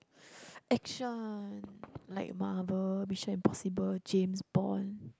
action like Marvel Mission Impossible James-Bond